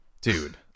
Dude